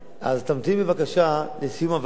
אז תמתין בבקשה לסיום עבודת הוועדה.